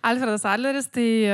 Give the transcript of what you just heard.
alfredas adleris tai